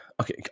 okay